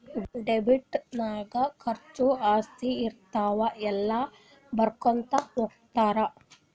debit ನಾಗ್ ಖರ್ಚಾ, ಆಸ್ತಿ, ಹಿಂತಾವ ಎಲ್ಲ ಬರ್ಕೊತಾ ಹೊತ್ತಾರ್